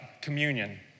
Communion